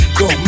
go